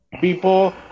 people